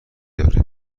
داره